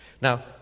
Now